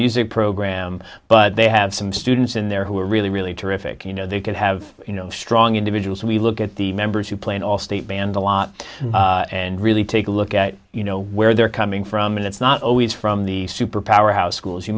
music program but they have some students in there who are really really terrific you know they could have you know strong individuals we look at the members who play in all state band a lot and really take a look at you know where they're coming from and it's not always from the super powerhouse schools you